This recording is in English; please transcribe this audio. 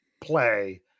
play